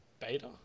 beta